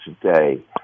today